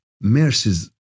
mercies